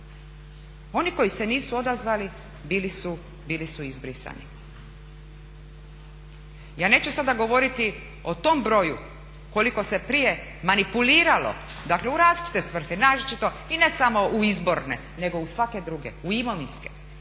Oni koji se nisu odazvali bili su izbrisani. Ja neću sada govoriti o tom broju koliko se prije manipuliralo dakle u različite svrhe, naročito i ne samo u izborne nego u svake druge, u imovinske